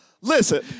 Listen